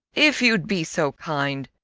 if you'd be so kind,